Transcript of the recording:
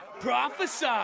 Prophesy